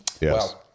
Yes